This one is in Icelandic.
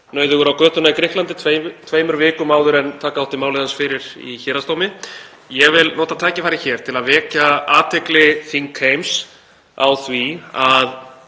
nauðugur á götuna í Grikklandi tveimur vikum áður en taka átti málið hans fyrir í héraðsdómi. Ég vil nota tækifærið hér til að vekja athygli þingheims á því að